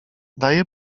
daję